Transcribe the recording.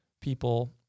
people